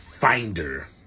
finder